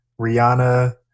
Rihanna